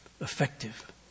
effective